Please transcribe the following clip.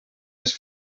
les